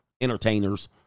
entertainers